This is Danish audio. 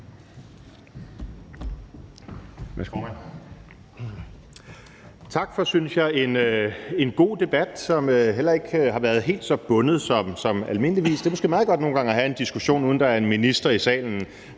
Tak for, synes jeg, en god debat, som heller ikke har været helt så bundet, som de almindeligvis er. Det er måske meget godt nogle gange at have en diskussion, uden at der er en minister i salen,